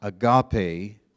Agape